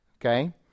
Okay